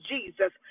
Jesus